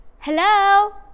hello